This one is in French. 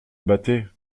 battaient